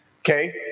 Okay